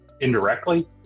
indirectly